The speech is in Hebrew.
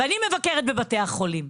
ואני מבקרת בבתי החולים.